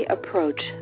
Approach